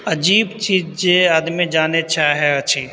अजीब चीज जे आदमी जाने चाहै अछि